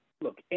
look